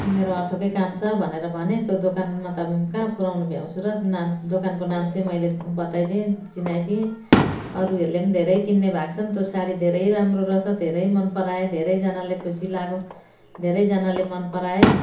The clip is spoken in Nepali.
मेरो अरू थोकै काम छ भनेर भनेँ त्यो दोकानमा त कहाँ पुर्याउनु भ्याउँछु र नाम दोकानको नाम चाहिँ मैले बताइदिएँ चिनाइदिएँ अरूहरूले पनि धेरै किन्ने भएका छन् त्यो साडी धेरै राम्रो रहेछ धेरै मनपराए धेरैजनाले खुसी लाग्यो धेरैजनाले मनपराए